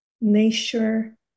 nature